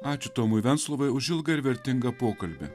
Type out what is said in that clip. ačiū tomui venclovai už ilgą ir vertingą pokalbį